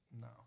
No